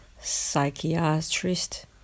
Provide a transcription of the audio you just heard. psychiatrist